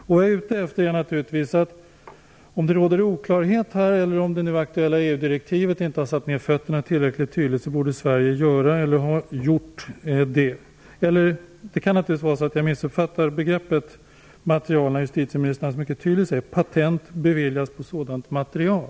Vad jag är ute efter är naturligtvis att om det råder oklarhet eller om det aktuella EU-direktivet inte är tillräckligt tydligt borde Sverige göra något åt det. Men det kan naturligtvis vara så att jag missuppfattar begreppet material när justitieministern mycket tydligt säger att patent beviljas på sådant material.